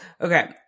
Okay